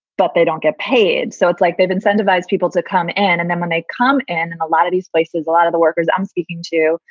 but they don't get paid. so it's like they've incentivized people to come in and then when they come in, a lot of these places, a lot of the workers i'm speaking to,